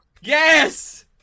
Yes